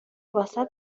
واست